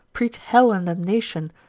preach hell and damnation,